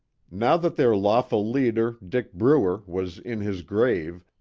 now that their lawful leader, dick bruer, was in his grave,